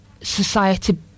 society